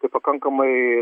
tai pakankamai